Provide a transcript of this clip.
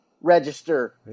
register